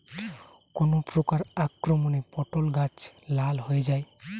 কোন প্রকার আক্রমণে পটল গাছ লাল হয়ে যায়?